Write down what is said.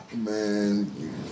man